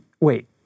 wait